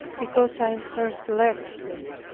because i first left him.